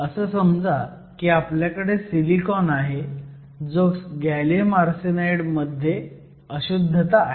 असं समजा की आपल्याकडे सिलिकॉन आहे जो गॅलियम आर्सेनाईड मध्ये अशुद्धता आहे